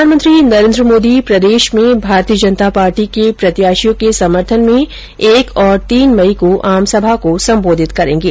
प्रधानमंत्री नरेन्द्र मोदी प्रदेश में भारतीय जनता पार्टी के प्रत्याशियों के समर्थन में एक और तीन मई को आमसभा को सम्बोधित करेंगे